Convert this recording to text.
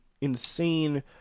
insane